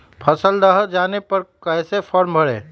फसल दह जाने पर कैसे फॉर्म भरे?